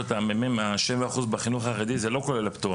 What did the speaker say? אני רוצה לשאול את הממ"מ השבעה אחוז בחינוך החרדי זה לא כולל הפטור,